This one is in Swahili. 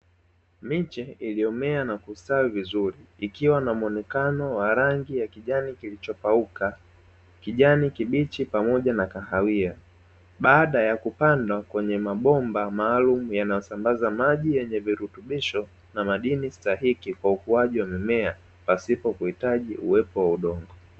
Miche iliyomea na kustawi vizuri, ikiwa na muonekano wa rangi ya kijani kilichopauka kijani kibichi pamoja na kahawia, baada ya kupandwa kwenye mabomba maalumu yanayosambaza maji yenye virutubisho, na madini stahiki kwa ukuaji wa mimea pasipo kuhitaji uwepo wa udongo.